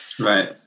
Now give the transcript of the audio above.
Right